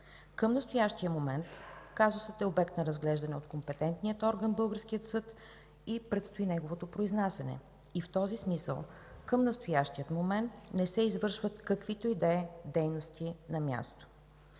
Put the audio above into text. Към настоящия момент казусът е обект на разглеждане от компетентния орган – българския съд, и предстои неговото произнасяне. В този смисъл към настоящия момент не се извършват каквито и да е дейности на място.